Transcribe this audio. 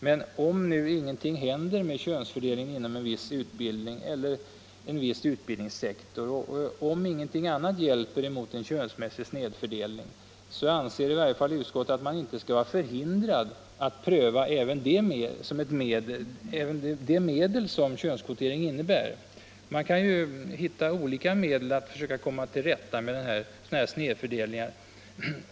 Men om ingenting händer med könsfördelningen inom en viss utbildningssektor och om ingenting annat än könskvotering hjälper mot en könsmässig snedfördelning, så anser i varje fall utskottet att man inte skall vara förhindrad att pröva även det medel som könskvotering innebär. Man kan ju hitta olika medel att försöka komma till rätta med sådana här snedfördelningar.